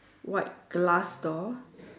white glass door